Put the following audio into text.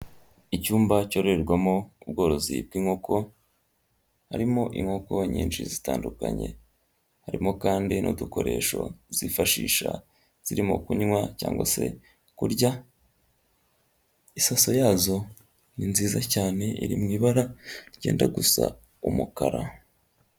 Icyumba cyororerwamo ubworozi bw'inkoko harimo inkoko nyinshi zitandukanye harimo kandi n'udukoresho zifashisha zirimo kunywa cyangwa se kurya, isaso yazo ni nziza cyane iri mu ibara ryenda gusa umukara.